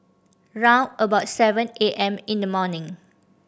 round about seven A M in the morning